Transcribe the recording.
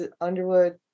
Underwood